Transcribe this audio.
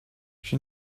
she